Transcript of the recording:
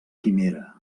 quimera